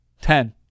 Ten